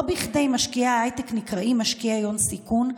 לא בכדי משקיעי ההייטק נקראים משקיעי ההון סיכון,